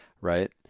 right